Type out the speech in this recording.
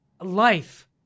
life